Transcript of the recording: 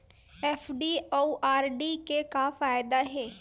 FD अउ RD के का फायदा हे?